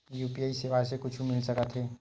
UPI सेवाएं से कुछु मिल सकत हे?